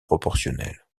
proportionnel